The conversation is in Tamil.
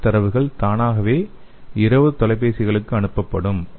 இந்தத் தரவுகள் தானாகவே 20 தொலைபேசிகளுக்கு அனுப்பப்படும்